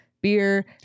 Beer